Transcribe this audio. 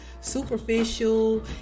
superficial